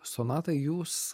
sonata jūs